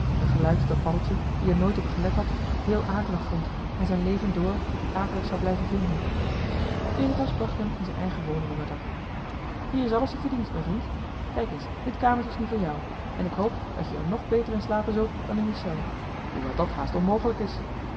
een geluid dat paddeltje die er nooit op gelet had heel akelig vond en zijn leven door akelig zou blijven vinden veritas bracht hem in zijn eigen woning onder dak hier is alles tot je dienst m'n vriend kijk eens dit kamertje is nu voor jou en ik hoop dat je er ng beter in slapen zult dan in je cel hoewel dat haast onmogelijk is